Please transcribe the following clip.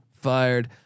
fired